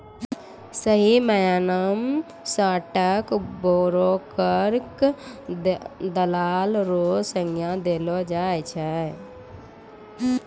सही मायना म स्टॉक ब्रोकर क दलाल र संज्ञा देलो जाय छै